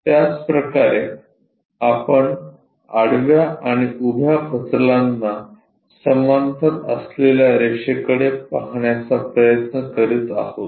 त्याचप्रकारे आपण आडव्या आणि उभ्या प्रतलांना समांतर असलेल्या रेषेकडे पाहण्याचा प्रयत्न करीत आहोत